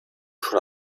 schon